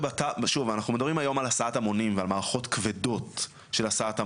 שוב אנחנו מדברים היום על הסעת המונים ועל מערכות כבדות של הסעת המונים,